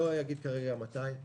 מתי?